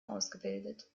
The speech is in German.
ausgebildet